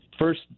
first